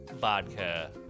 vodka